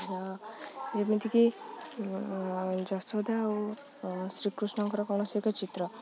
ଯେମିତିକି ଯଶୋଦା ଆଉ ଶ୍ରୀକୃଷ୍ଣଙ୍କର କୌଣସି ଏକ ଚିତ୍ର